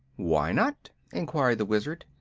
why not? enquired the wizard.